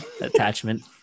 attachment